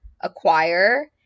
acquire